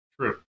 true